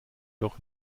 doch